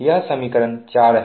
यह समीकरण 4 हैं